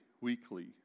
weekly